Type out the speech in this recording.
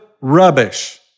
rubbish